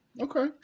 okay